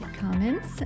comments